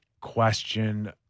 question